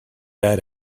that